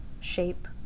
shape